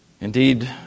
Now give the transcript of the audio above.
Indeed